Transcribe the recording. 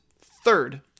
Third